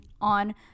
on